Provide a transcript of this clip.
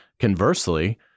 Conversely